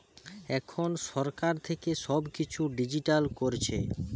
এখন সরকার থেকে সব কিছু ডিজিটাল করছে